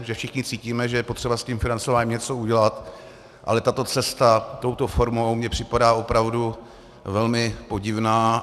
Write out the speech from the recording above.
Že všichni cítíme, že je potřeba s tím financováním něco udělat, ale tato cesta touto formou mně připadá opravdu velmi podivná.